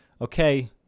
Okay